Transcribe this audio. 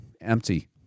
empty